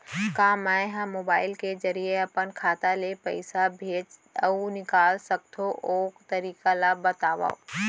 का मै ह मोबाइल के जरिए अपन खाता ले पइसा भेज अऊ निकाल सकथों, ओ तरीका ला बतावव?